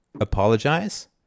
Apologize